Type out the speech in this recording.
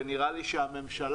ונראה לי שהממשלה,